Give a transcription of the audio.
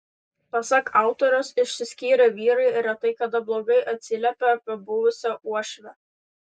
pasak autorės išsiskyrę vyrai retai kada blogai atsiliepia apie buvusią uošvę